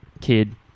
kid